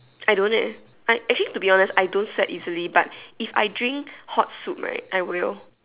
I don't eh I actually to be honest I don't sweat easily but if I drink hot soup right I will